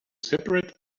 separate